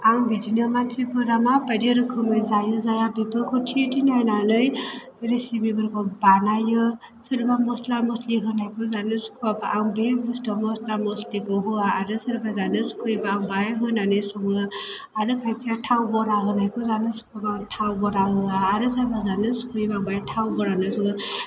आं बिदिनो मानसिफोरा माबायदि रोखोमै जायो जाया बेफोरखौ थि थि नायनानै रेसिपिफोरखौ बानायो सोरबा मस्ला मस्लि होनायखौ जानो सुखुवाबा आं बे बुस्तुआव मस्ला मस्लिखौ होआ आरो सोरबा जानो सुखुयोबा आं बाहाय होनानै सङो आरो खायसेया थाव बारा होनायखौ जानो सुखुवाबा आं थाव बारा होआ आरो सोरबा जानो सुखुयोबा बेवहाय थाव बारा होनानै सङो